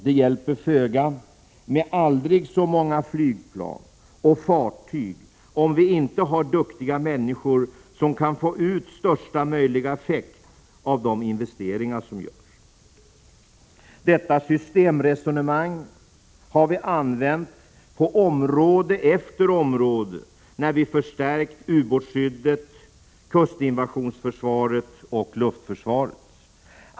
Det hjälper föga med aldrig så många flygplan och fartyg om vi inte har duktiga människor som kan få ut största möjliga effekt av de investeringar som görs. Detta systemresonemang har vi använt på område efter område när vi har förstärkt ubåtsskyddet, kustinvasionsförsvaret och luftförsvaret.